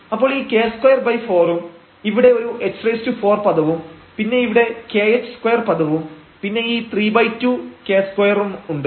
അപ്പോൾ ഈ k24 ഉം ഇവിടെ ഒരു h4 പദവും പിന്നെ ഇവിടെ kh2 പദവും പിന്നെ ഈ 32 k2 ഉണ്ട്